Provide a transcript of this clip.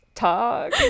talk